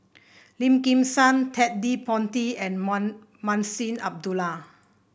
Lim Kim San Ted De Ponti and Mun Munshi Abdullah